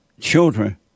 Children